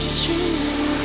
true